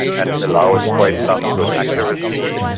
and it allows quite some good accuracy,